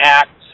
act